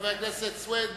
חבר הכנסת סוייד,